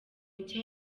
nshya